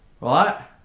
right